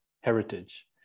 heritage